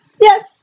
Yes